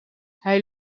hij